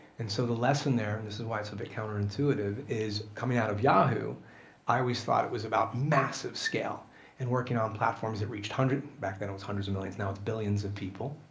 and so the lesson there, and this is why it's a bit counterintuitive, is coming out of yahoo i always thought it was about massive scale and working on platforms that reached hundreds, back then it was hundreds of millions, now it's billions of people,